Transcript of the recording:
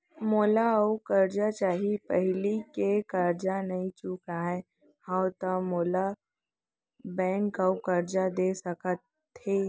मोला अऊ करजा चाही पहिली के करजा नई चुकोय हव त मोल ला बैंक अऊ करजा दे सकता हे?